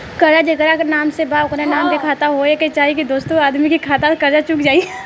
कर्जा जेकरा नाम से बा ओकरे नाम के खाता होए के चाही की दोस्रो आदमी के खाता से कर्जा चुक जाइ?